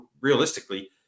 realistically